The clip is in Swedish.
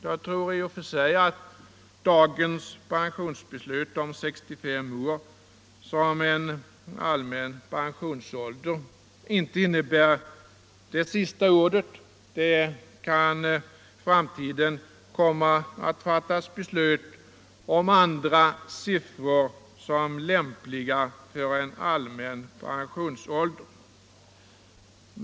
Det är, som jag ser det, inte någon bra lösning. Dagens beslut om 65 år som allmän pensionsålder är nog inte sista ordet. I framtiden kan man komma att fatta beslut om någon annan ålder som allmän pensionsålder.